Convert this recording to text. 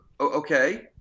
okay